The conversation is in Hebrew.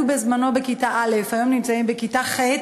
בזמנו בכיתה א' והיום נמצאים בכיתה ח'